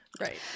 right